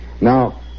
Now